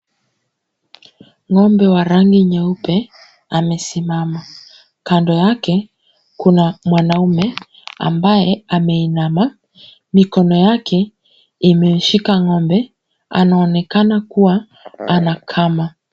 Ng'ombe wa rangi nyeupe amesimama. Kando yake kuna mwanaume ambaye ameinama , mikono yake imeshika ng'ombe anaonekana kuwa, anakama.